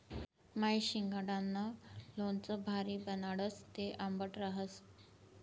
माय शिंगाडानं लोणचं भारी बनाडस, ते आंबट रहास